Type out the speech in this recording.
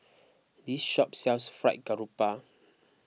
this shop sells Fried Garoupa